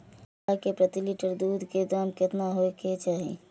गाय के प्रति लीटर दूध के दाम केतना होय के चाही?